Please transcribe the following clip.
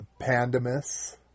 Pandemus